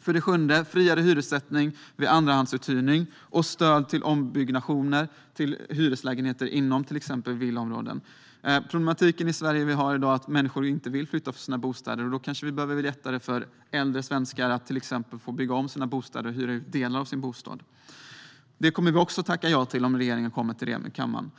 För det sjunde: Det behövs friare hyressättning vid andrahandsuthyrning och stöd till ombyggnation till hyreslägenheter inom till exempel villaområden. Vi har i dag en problematik i Sverige med att människor inte vill flytta från sina bostäder. Då kanske vi behöver göra det lättare för äldre svenskar att till exempel få bygga om sina bostäder och hyra ut delar av dem. Om regeringen kommer till kammaren med ett förslag om detta kommer vi att tacka ja till det.